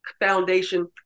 foundation